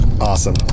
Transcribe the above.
Awesome